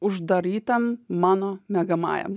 uždarytam mano miegamajam